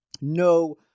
No